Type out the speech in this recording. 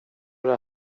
det